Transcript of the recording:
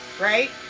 Right